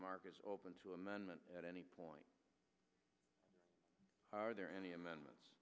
markets are open to amendment at any point are there any amendments